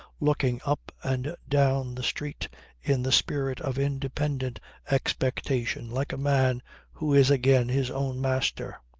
looking up and down the street in the spirit of independent expectation like a man who is again his own master.